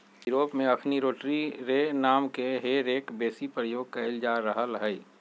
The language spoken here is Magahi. यूरोप में अखनि रोटरी रे नामके हे रेक बेशी प्रयोग कएल जा रहल हइ